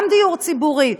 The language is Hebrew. גם דיור ציבורי,